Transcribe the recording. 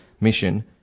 mission –